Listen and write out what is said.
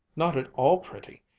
not at all pretty,